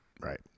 right